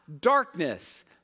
darkness